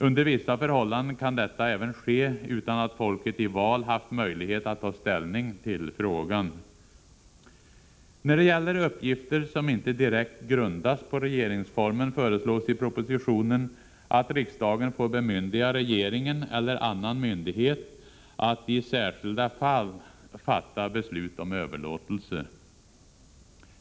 Under vissa förhållanden kan detta även ske utan att folket i val haft möjlighet att ta ställning till frågan. När det gäller uppgifter som inte direkt grundas på regeringsformen föreslås i propositionen att riksdagen får bemyndiga regeringen eller annan myndighet att i ”särskilda fall” fatta beslut om överlåtelse.